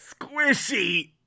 squishy